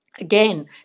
Again